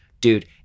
Dude